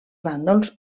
bàndols